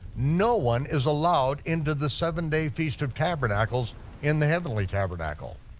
no one is allowed into the seven day feast of tabernacles in the heavenly tabernacle.